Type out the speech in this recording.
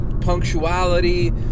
punctuality